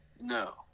No